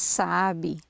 sabe